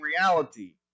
reality